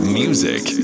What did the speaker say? music